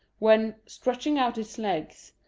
when, stretching out its legs,